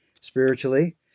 spiritually